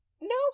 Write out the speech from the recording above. no